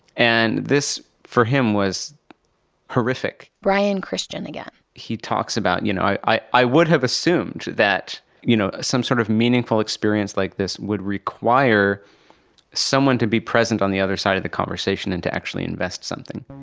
and this for him was horrific brian christian, again he talks about, you know i i would have assumed that you know some sort of meaningful experience like this would require someone to be present on the other side of the conversation and to actually invest something.